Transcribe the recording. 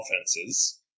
offenses